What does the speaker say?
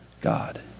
God